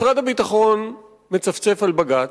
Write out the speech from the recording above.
משרד הביטחון מצפצף על בג"ץ,